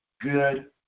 good